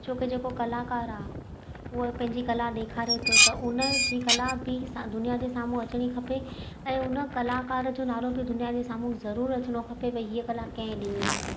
छो कि जेको कलाकार आहे उहो पंहिंजी कला ॾेखारे थो त उन जी कला बि असां दुनिया जे साम्हूं अचणी खपे ऐं उन कलाकार जो नालो बि दुनिया जा साम्हूं ज़रूरु अचणो खपे भाई हीअं कला कंहिं ॾिनी आहे